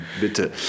bitte